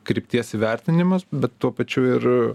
krypties įvertinimas bet tuo pačiu ir